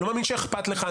אני לא מאמין שאכפת לך,